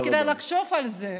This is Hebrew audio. אולי כדאי לחשוב על זה.